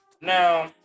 Now